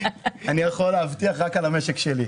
אני יכול להבטיח לך רק לגבי המשק שלי.